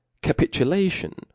capitulation